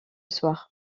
soir